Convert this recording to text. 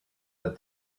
that